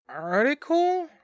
article